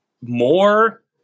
more